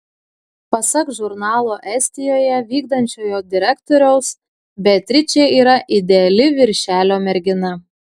pasak žurnalo estijoje vykdančiojo direktoriaus beatričė yra ideali viršelio mergina